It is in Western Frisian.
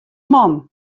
man